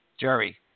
Jerry